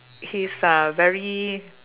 he's a very